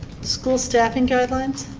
school staffing guidelines.